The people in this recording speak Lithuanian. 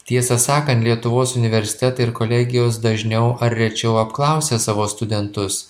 tiesą sakant lietuvos universitetai ir kolegijos dažniau ar rečiau apklausia savo studentus